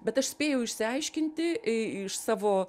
bet aš spėjau išsiaiškinti i iš savo